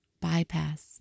bypass